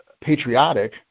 patriotic